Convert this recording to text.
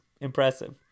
impressive